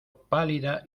pálida